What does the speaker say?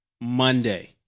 Monday